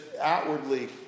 outwardly